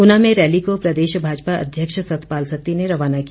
ऊना में रैली को प्रदेश भाजपा अध्यक्ष सतपाल सत्ती ने रवाना किया